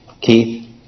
Keith